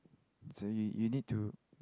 so you you need to